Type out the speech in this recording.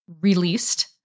Released